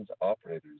operators